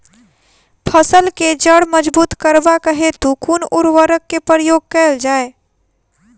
फसल केँ जड़ मजबूत करबाक हेतु कुन उर्वरक केँ प्रयोग कैल जाय?